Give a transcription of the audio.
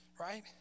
Right